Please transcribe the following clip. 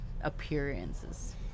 appearances